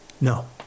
No